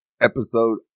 episode